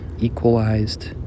equalized